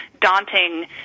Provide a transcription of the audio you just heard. daunting